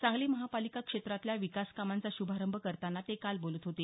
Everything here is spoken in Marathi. सांगली महापालिका क्षेत्रातल्या विकास कामांचा शुभारंभ करतांना ते बोलत होते